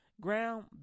Ground